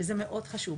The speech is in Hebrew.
זה מאוד חשוב.